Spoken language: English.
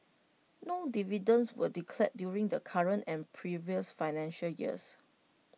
no dividends were declared during the current and previous financial years